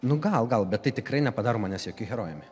nu gal gal bet tai tikrai nepadaro manęs jokiu herojumi